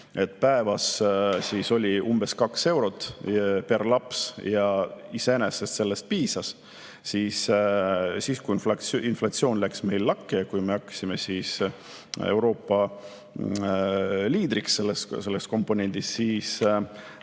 Päevas oli umbes kaks eurotperlaps ja iseenesest sellest piisas. Kui inflatsioon läks meil lakke, kui me hakkasime Euroopa liidriks selles komponendis, siis